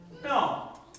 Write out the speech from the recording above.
No